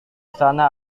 sana